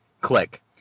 Click